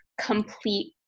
complete